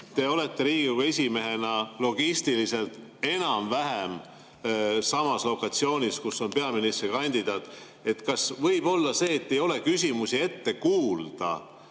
Te olete Riigikogu esimehena logistiliselt enam-vähem samas lokatsioonis, kus on peaministrikandidaat. Kas võib olla see, et ei ole küsimusi ette kuulda,